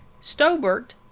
stobert